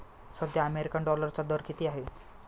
सध्या अमेरिकन डॉलरचा दर किती आहे?